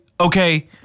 okay